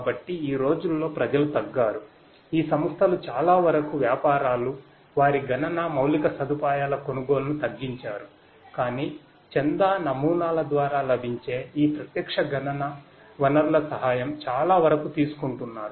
కాబట్టి ఈ రోజుల్లో ప్రజలు తగ్గారు ఈ సంస్థలు చాలా వరకు వ్యాపారాలువారి గణన మౌలిక సదుపాయాల కొనుగోలును తగ్గించారు కాని చందా నమూనాల ద్వారా లభించే ఈ ప్రత్యక్ష గణన వనరుల సహాయం చాలా వరకు తీసుకుంటున్నారు